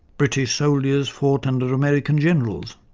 british soldiers fought under american generals,